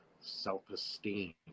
self-esteem